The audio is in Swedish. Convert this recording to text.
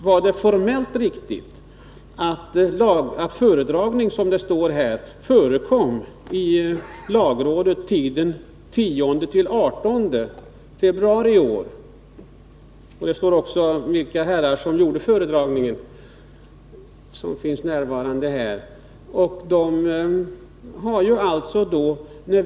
Var det formellt riktigt att föredragning — som det står — förekom i lagrådet under tiden 10-18 februari i år? Det står också vilka herrar, här närvarande, som gjorde föredragningen.